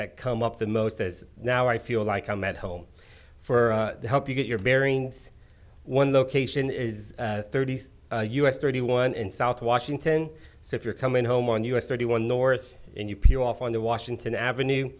that come up the most as now i feel like i'm at home for help you get your bearings one location is thirty us thirty one in south washington so if you're coming home on us thirty one north and you peel off on the washington avenue